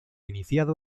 iniciado